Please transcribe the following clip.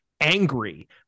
angry